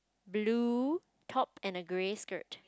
blue top and a grey skirt